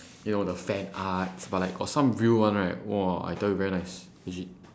you know the fanarts but like got some real one right !whoa! I tell you very nice legit